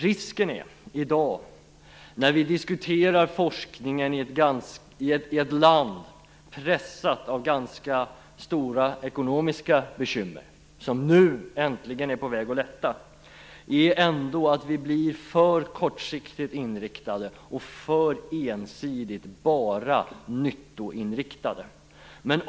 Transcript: Risken finns i dag - när vi diskuterar forskningen i ett land pressat av ganska stora ekonomiska bekymmer, som nu äntligen är på väg att lätta - att vi trots allt blir för kortsiktigt inriktade och för ensidigt nyttoinriktade.